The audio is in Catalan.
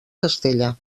castella